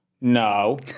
no